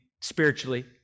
spiritually